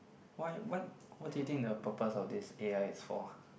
why what what do you think the purpose of this a_i is for